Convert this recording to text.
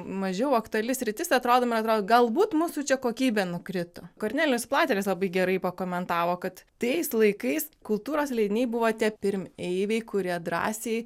mažiau aktuali sritis atrodo man atrodo galbūt mūsų čia kokybė nukrito kornelijus platelis labai gerai pakomentavo kad tais laikais kultūros leidiniai buvo tie pirmeiviai kurie drąsiai